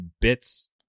bits